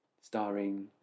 Starring